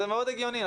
זה מאוד הגיוני,